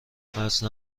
قصد